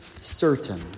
certain